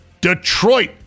Detroit